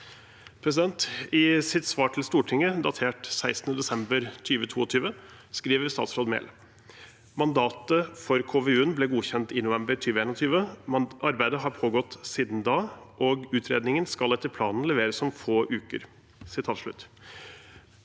I sitt svar til Stortinget, datert 16. desember 2022, skriver statsråd Mehl følgende: «Mandatet for KVU-en ble godkjent i november 2021. Arbeidet har pågått siden da og utredningen skal etter planen leveres om kun få uker.»